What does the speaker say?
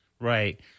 Right